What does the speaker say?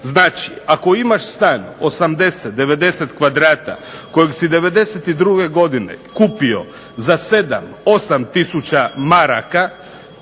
Znači ako imaš stan 80, 90 kvadrata, kojeg si '92. godine kupio za 7, 8 tisuća maraka,